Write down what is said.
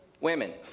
women